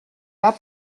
pas